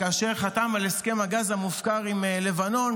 כאשר חתם על הסכם הגז המופקר עם לבנון,